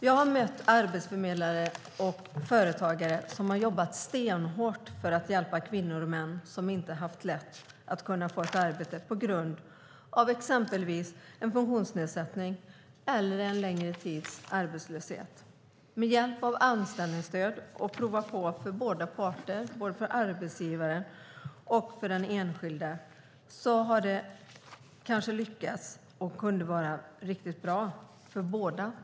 Jag har mött arbetsförmedlare och företagare som har jobbat stenhårt för att hjälpa kvinnor och män som inte har haft lätt att få ett arbete på grund av exempelvis en funktionsnedsättning eller en längre tids arbetslöshet. Med hjälp av anställningsstöd och möjligheter att prova på för båda parter, arbetsgivare och den enskilda, har det kanske lyckats och varit riktigt bra.